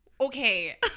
Okay